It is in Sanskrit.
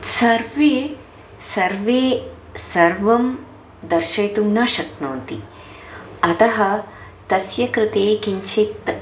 सर्वे सर्वे सर्वं दर्शयितुं न शक्नोति अतः तस्य कृते किञ्चित्